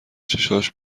چشاش